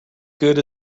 good